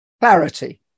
clarity